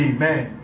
Amen